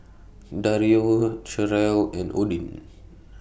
Dario Cherrelle and Odin